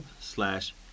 slash